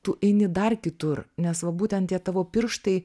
tu eini dar kitur nes va būtent tie tavo pirštai